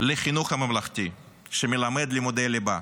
לחינוך הממלכתי, שמלמד לימודי ליבה,